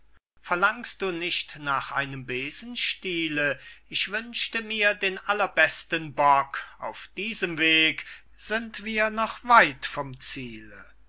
verlangst du nicht nach einem besenstiele ich wünschte mir den allerderbsten bock auf diesem weg sind wir noch weit vom ziele